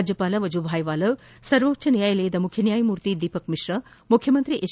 ರಾಜ್ಯಪಾಲ ವಜೂಭಾಯ್ ವಾಲಾ ಸರ್ವೋಚ್ಟ ನ್ವಾಯಾಲಯದ ಮುಖ್ಯ ನ್ವಾಯಮೂರ್ತಿ ದೀಪಕ್ ಮಿಶ್ರಾ ಮುಖ್ಯಮಂತ್ರಿ ಎಚ್